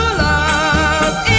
love